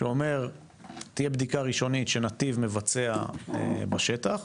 שאומר שתהיה בדיקה ראשונית שנתיב מבצע בשטח,